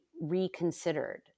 reconsidered